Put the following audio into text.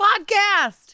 podcast